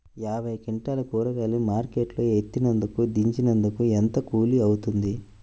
యాభై క్వింటాలు కూరగాయలు మార్కెట్ లో ఎత్తినందుకు, దించినందుకు ఏంత కూలి అవుతుంది?